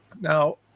now